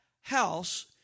house